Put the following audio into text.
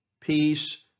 peace